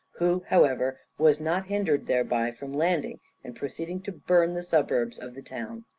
who, however, was not hindered thereby from landing and proceeding to burn the suburbs of the town.